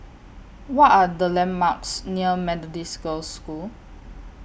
What Are The landmarks near Methodist Girls' School